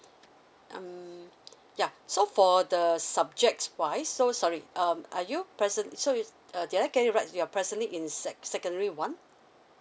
mm ya so for the subjects wise so sorry um are you present so is uh did I get you right you're presently in sec secondary one